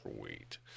sweet